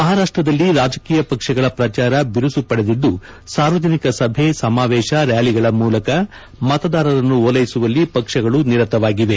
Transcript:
ಮಹಾರಾಷ್ಷದಲ್ಲಿ ರಾಜಕೀಯ ಪಕ್ಷಗಳ ಪ್ರಚಾರ ಬಿರುಸು ಪಡೆದಿದ್ದು ಸಾರ್ವಜನಿಕ ಸಭೆ ಸಮಾವೇಶ ರ್ನಾಲಿಗಳ ಮೂಲಕ ಮತದಾರರನ್ನು ಓಲ್ಲೆಸುವಲ್ಲಿ ಪಕ್ಷಗಳು ನಿರತವಾಗಿವೆ